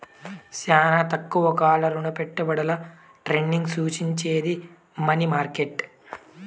శానా తక్కువ కాల రుణపెట్టుబడుల ట్రేడింగ్ సూచించేది మనీ మార్కెట్